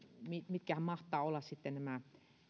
mitkähän mahtavat olla nämä